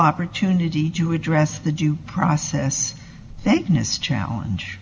opportunity to address the due process thank goodness challenge